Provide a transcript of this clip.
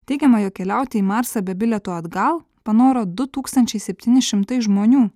teigiama jog keliauti į marsą be bilieto atgal panoro du tūkstančiai septyni šimtai žmonių